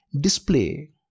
display